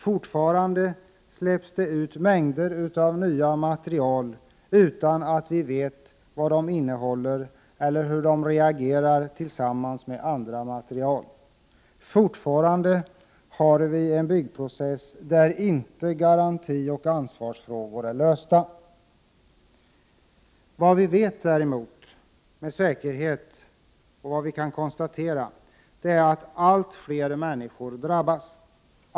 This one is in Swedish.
Fortfarande släpps det ut mängder av nya material, utan att vi vet vad de innehåller eller hur de reagerar tillsammans med andra material. Fortfarande har vi en byggprocess där garantioch ansvarsfrågor inte är lösta. Vad vi däremot med säkerhet vet och kan konstatera är att allt fler människor drabbas.